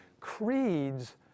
creeds